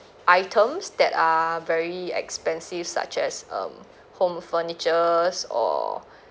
items that are very expensive such as um home furnitures or